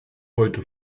heute